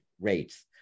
rates